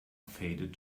faded